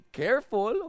careful